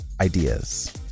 ideas